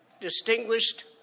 distinguished